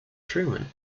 truman